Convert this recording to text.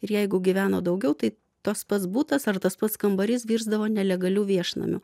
ir jeigu gyveno daugiau tai tos pats butas ar tas pats kambarys virsdavo nelegaliu viešnamiu